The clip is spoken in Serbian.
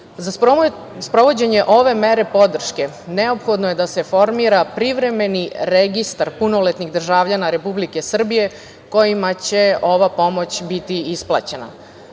sprovođenje ove mere podrške, neophodno je da se formira privremeni registar punoletnih državljana Republike Srbije, kojima će ova pomoć biti